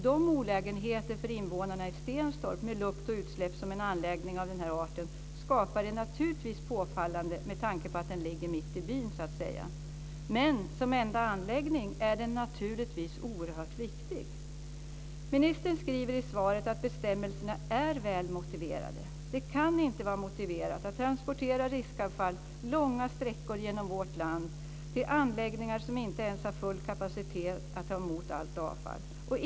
De olägenheter för invånarna i Stenstorp, med lukt och utsläpp, som en anläggning av den här arten skapar är naturligtvis påfallande med tanke på att den så att säga ligger mitt i byn. Men som enda anläggning är den naturligtvis oerhört viktig. Ministern skriver i svaret att bestämmelserna är väl motiverade. Det kan inte vara motiverat att transportera riskavfall långa sträckor genom vårt land till anläggningar som inte ens har full kapacitet att ta emot allt avfall.